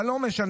אבל לא משנה,